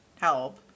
help